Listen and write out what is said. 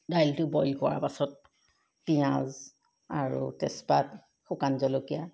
দাইলটো বইল কৰাৰ পাছত পিঁয়াজ আৰু তেজপাত শুকান জলকীয়া